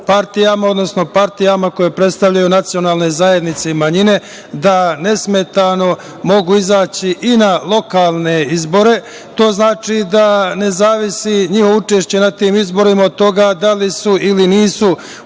partijama, odnosno partijama koje predstavljaju nacionalne zajednice i manjine da nesmetano mogu izaći i na lokalne izbore. To znači da ne zavisi njihovo učešće na tim izborima od toga da li su ili nisu u